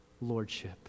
lordship